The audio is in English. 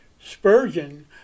Spurgeon